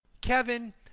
Kevin